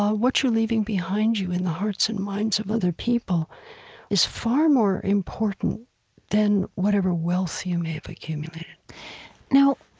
um what you're leaving behind you in the hearts and minds of other people is far more important than whatever wealth you may have accumulated now,